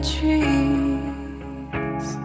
Trees